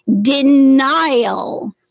denial